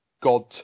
God